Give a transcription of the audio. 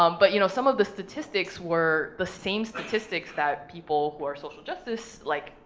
um but, you know, some of the statistics were the same statistics that people for social justice, like,